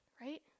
right